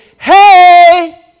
hey